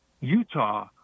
Utah –